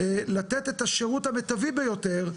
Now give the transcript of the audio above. לתת את השירות המיטבי ביותר,